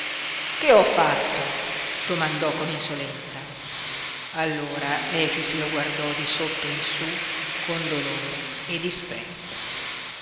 che ho fatto domandò con insolenza allora efix lo guardò di sotto in su con dolore e disprezzo